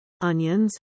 onions